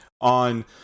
on